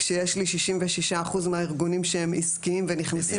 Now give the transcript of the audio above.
כשיש לי 66% מהארגונים שהם עסקיים ונכנסים